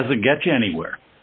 that doesn't get you anywhere